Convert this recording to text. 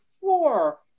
four